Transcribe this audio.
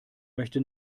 möchte